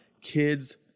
kids